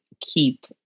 keep